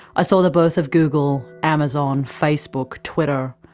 i saw the birth of google, amazon, facebook, twitter,